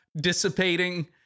dissipating